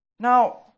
Now